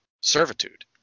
servitude